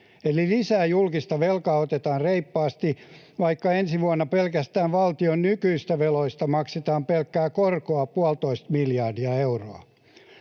eli lisää julkista velkaa otetaan reippaasti, vaikka ensi vuonna pelkästään valtion nykyisistä veloista maksetaan pelkkää korkoa puolitoista miljardia euroa.